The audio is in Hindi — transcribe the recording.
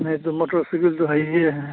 नहीं तो मोटरसाइकिल तो है ही